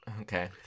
Okay